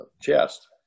chest